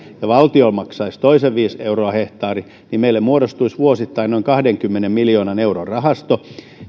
ja valtio maksaisi toisen viisi euroa hehtaarilta niin meille muodostuisi vuosittain noin kahdenkymmenen miljoonan euron rahasto